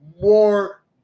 more